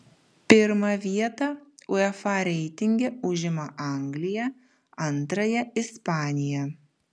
pirmą vietą uefa reitinge užima anglija antrąją ispanija